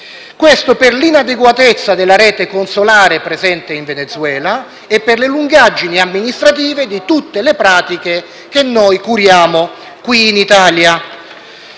causa della inadeguatezza della rete consolare presente in Venezuela e delle lungaggini amministrative di tutte le pratiche che curiamo qui in Italia.